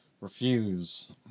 refuse